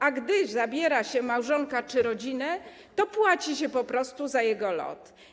A gdy zabiera się małżonka czy rodzinę, to płaci się po prostu za jego lot.